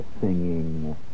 singing